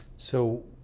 so